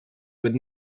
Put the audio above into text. with